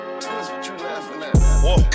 Whoa